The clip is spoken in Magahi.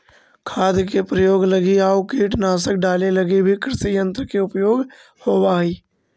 खाद के प्रयोग लगी आउ कीटनाशक डाले लगी भी कृषियन्त्र के उपयोग होवऽ हई